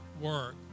work